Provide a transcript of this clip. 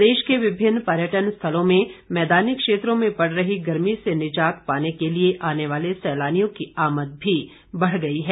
प्रदेश के विभिन्न पर्यटन स्थलों में मैदानी क्षेत्रों में पड़ रही गर्मी से निजात पाने के लिए आने वाले सैलानियों की आमद बढ़ गई है